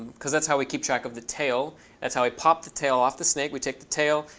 because that's how we keep track of the tail that's how we pop the tail off the snake. we take the tail.